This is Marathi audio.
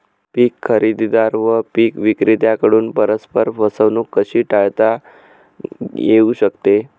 पीक खरेदीदार व पीक विक्रेत्यांकडून परस्पर फसवणूक कशी टाळता येऊ शकते?